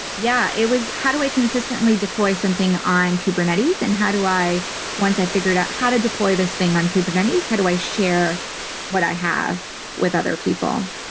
yeah, it was, how do i consistently deploy something on kubernetes and how do i once i figured out how to deploy this thing on kubernetes, how do i share what i have with other people?